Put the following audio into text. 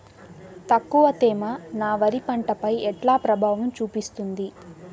తక్కువ తేమ నా వరి పంట పై ఎట్లా ప్రభావం చూపిస్తుంది?